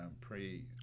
pre